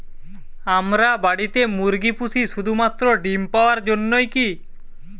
আমরা বাড়িতে মুরগি পুষি শুধু মাত্র ডিম পাওয়ার জন্যই কী?